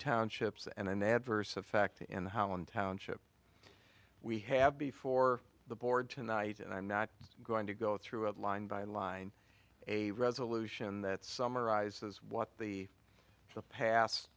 townships and an adverse effect on township we have before the board tonight and i'm not going to go through it line by line a resolution that summarizes what the past